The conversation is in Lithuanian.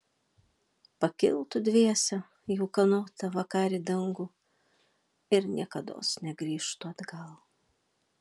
pakiltų dviese į ūkanotą vakarį dangų ir niekados negrįžtų atgal